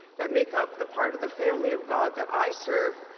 that make up the part of the family of god that i serve,